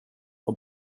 och